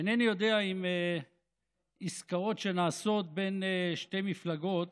אינני יודע אם בעסקאות שנעשות בין שתי מפלגות